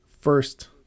first